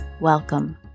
welcome